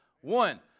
One